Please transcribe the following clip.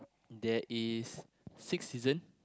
there is six season